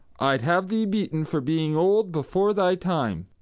i'ld have thee beaten for being old before thy time.